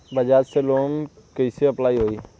बज़ाज़ से लोन कइसे अप्लाई होई?